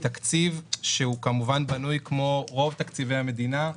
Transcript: הוא תקציב שבנוי כמו רוב תקציבי המדינה,